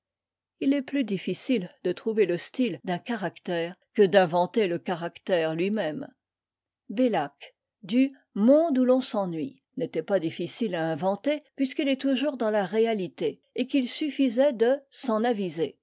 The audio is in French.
il est plus difficile de trouver le style d'un caractère que d'inventer le caractère lui-même bellac du monde où l'on s'ennuie n'était pas difficile à inventer puisqu'il est toujours dans la réalité et qu'il suffisait de s'en aviser